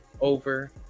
over